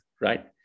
right